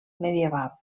medieval